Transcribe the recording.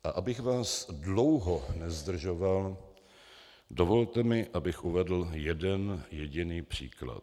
A abych vás dlouho nezdržoval, dovolte mi, abych uvedl jeden jediný příklad.